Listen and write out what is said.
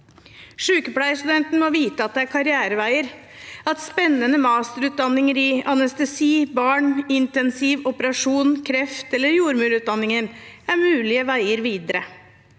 Sykepleierstudentene må vite at det er karriereveier – at spennende masterutdanninger innen anestesi, barn, intensiv, operasjon, kreft eller jordmor er mulige veier videre.